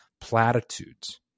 platitudes